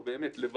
למשל,